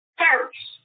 first